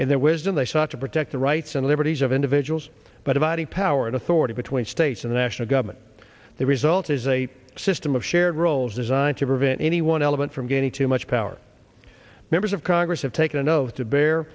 in their wisdom they sought to protect the rights and liberties of individuals but abiding power and authority between states in the national government the result is a system of shared roles designed to prevent any one element from gaining too much power members of congress have taken an oath to bear